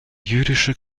jüdische